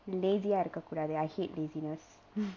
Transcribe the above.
lazy ah இருக்க கூடாது:iruka kudaathu I hate laziness